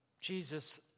Jesus